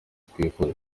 twifuza